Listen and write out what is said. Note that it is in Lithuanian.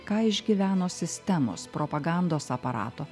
ką išgyveno sistemos propagandos aparato